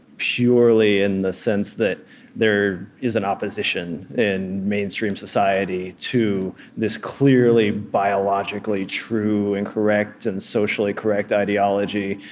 purely in the sense that there is an opposition in mainstream society to this clearly biologically true and correct, and socially correct ideology,